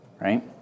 right